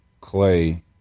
Clay